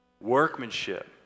workmanship